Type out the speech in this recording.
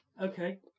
Okay